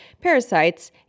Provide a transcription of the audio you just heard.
parasites